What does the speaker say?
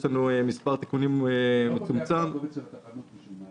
התפרסם יש לנו מספר מצומצם של תיקונים.